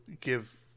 give